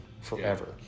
forever